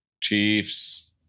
Chiefs